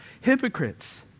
hypocrites